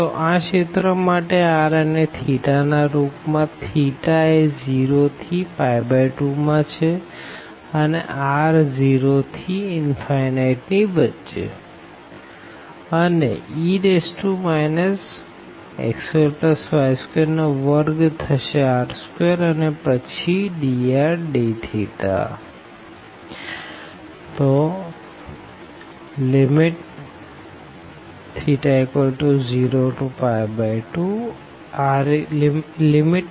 તો આ રિજિયન માટે r અને ના રૂપ માં એ 0 થી 2 માં છે અને r 0 થી ની વચે અને e x2y2 નો વર્ગ થશે r2અને પછી dr dθ